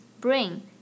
brain